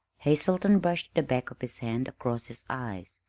hazelton brushed the back of his hand across his eyes,